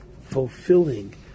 fulfilling